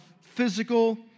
physical